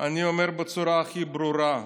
אני אומר בצורה הכי ברורה: